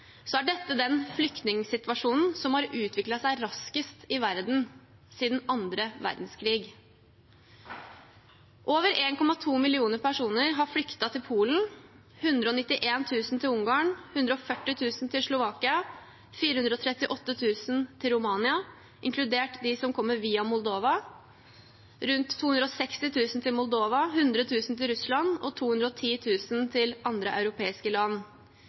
er dette den flyktningsituasjonen som har utviklet seg raskest i verden siden annen verdenskrig. Over 1,2 millioner personer har flyktet til Polen, 191 000 til Ungarn, 140 000 til Slovakia, 438 000 til Romania, inkludert de som kommer via Moldova, rundt 260 000 til Moldova, 100 000 til Russland og 210 000 til andre europeiske land.